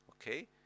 okay